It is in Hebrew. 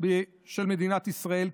של מדינת ישראל,